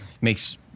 Makes